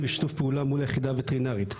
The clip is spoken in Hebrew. ושיתוף פעולה מול היחידה הווטרינרית.